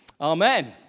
Amen